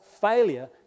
failure